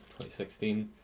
2016